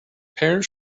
parents